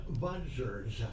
buzzers